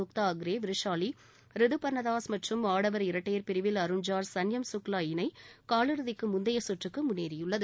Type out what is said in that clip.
முக்தாஅக்ரே விருஷாலி ரிதுபர்னதாஸ் மற்றும் ஆடவர் இரட்டையர் பிரிவில் அருண் ஜார்ஜ் சன்யம் சுக்லா இணைகாலிறுதிக்குமுந்தையசுற்றுக்குமுன்னேறியுள்ளது